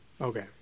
Okay